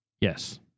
Yes